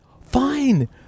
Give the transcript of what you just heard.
Fine